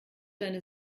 deine